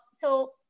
so-